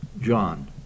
John